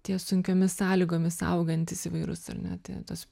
tie sunkiomis sąlygomis augantys įvairūs ar ne tie tos